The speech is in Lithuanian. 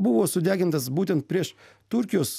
buvo sudegintas būtent prieš turkijos